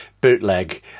bootleg